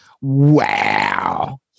Wow